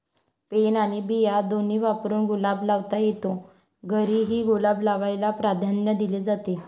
pen आणि बिया दोन्ही वापरून गुलाब लावता येतो, घरीही गुलाब लावायला प्राधान्य दिले जाते